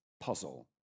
puzzle